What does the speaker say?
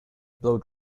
blow